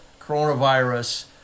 coronavirus